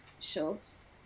Schultz